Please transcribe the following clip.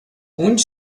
onde